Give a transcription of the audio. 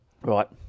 Right